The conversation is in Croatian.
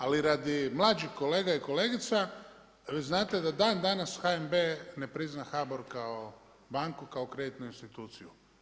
Ali radi mlađih kolega i kolegica, vi znate da dandanas HNB ne prizna HBOR kao banku, kao kreditnu instituciju.